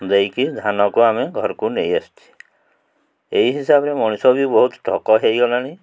ଦେଇକି ଧାନକୁ ଆମେ ଘରକୁ ନେଇଆସିଛି ଏହି ହିସାବରେ ମଣିଷ ବି ବହୁତ ଠକ ହେଇଗଲାଣି